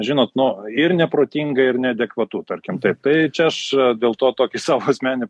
žinot nu ir neprotinga ir neadekvatu tarkim taip tai čia aš dėl to tokį savo asmeninį